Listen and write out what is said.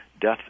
death